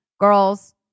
Girls